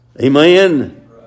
Amen